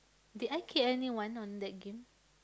did I kill anyone on that game